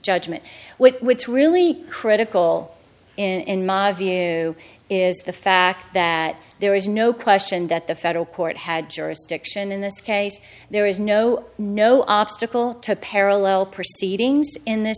judgment which which is really critical in my view is the fact that there is no question that the federal court had jurisdiction in this case there is no no obstacle to parallel proceedings in this